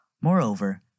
Moreover